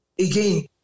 Again